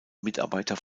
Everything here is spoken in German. mitarbeiter